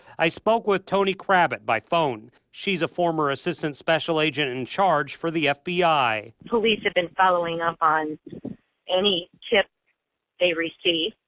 i spoke with tony kravit by phone, the former assistant special agent in charge for the fbi. police have been following up on any tip they receive,